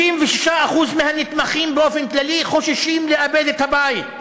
36% מהנתמכים באופן כללי חוששים לאבד את הבית.